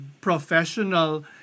professional